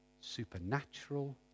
supernatural